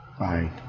right